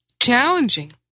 challenging